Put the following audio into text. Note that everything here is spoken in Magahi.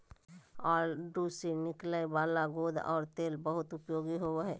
आडू से निकलय वाला गोंद और तेल बहुत उपयोगी होबो हइ